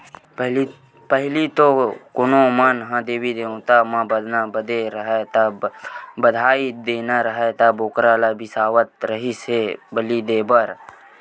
पहिली तो कोनो मन ह देवी देवता म बदना बदे राहय ता, बधई देना राहय त बोकरा ल बिसावत रिहिस हे बली देय बर